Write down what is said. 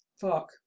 fuck